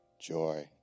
joy